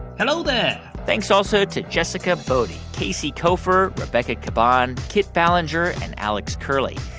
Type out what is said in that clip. hello there thanks also to jessica boddy, casey koeffer, rebecca caban, kit ballenger and alex curley.